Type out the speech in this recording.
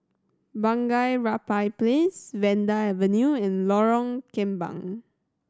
Bunga Rampai Place Vanda Avenue and Lorong Kembang